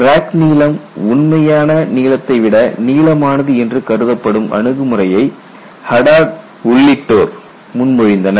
crack நீளம் உண்மையான நீளத்தை விட நீளமானது என்று கருதப்படும் அணுகுமுறையை ஹடாட் உள்ளிட்டோர் முன்மொழிந்தனர்